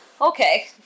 Okay